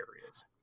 areas